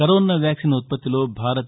corona vaccine ఉత్పత్తిలో భారత్